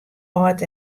âld